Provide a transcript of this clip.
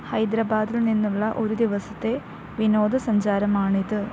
ഹൈദരാബാദിൽ നിന്നുള്ള ഒരു ദിവസത്തെ വിനോദ സഞ്ചാരമാണിത്